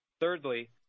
Thirdly